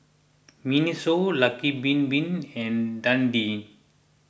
Miniso Lucky Bin Bin and Dundee